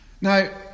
Now